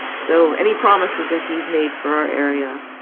so any promises that he's made for our area,